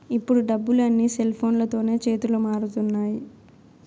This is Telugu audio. ఇప్పుడు డబ్బులు అన్నీ సెల్ఫోన్లతోనే చేతులు మారుతున్నాయి